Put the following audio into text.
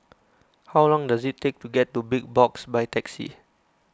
how long does it take to get to Big Box by taxi